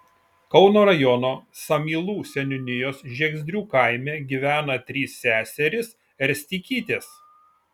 kauno rajono samylų seniūnijos žiegždrių kaime gyvena trys seserys erstikytės